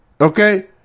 okay